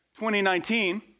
2019